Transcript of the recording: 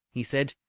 he said,